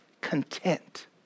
content